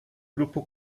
grupo